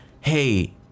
hey